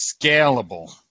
scalable